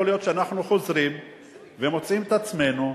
שאנחנו חוזרים ומוצאים את עצמנו,